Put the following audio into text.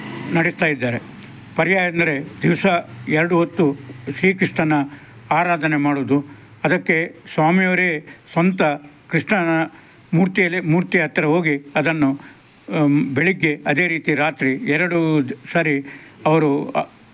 ಮಾಡಿಸ್ತಾಯಿದ್ದಾರೆ ಪರ್ಯಾಯ ಅಂದರೆ ದಿವಸ ಎರಡು ಹೊತ್ತು ಶ್ರೀ ಕೃಷ್ಣನ ಆರಾಧನೆ ಮಾಡೋದು ಅದಕ್ಕೆ ಸ್ವಾಮಿಯವರೇ ಸ್ವಂತ ಕೃಷ್ಣನ ಮೂರ್ತಿಯಲ್ಲಿ ಮೂರ್ತಿ ಹತ್ತಿರ ಹೋಗಿ ಅದನ್ನು ಬೆಳಗ್ಗೆ ಅದೇ ರೀತಿ ರಾತ್ರಿ ಎರಡು ಸರಿ ಅವರು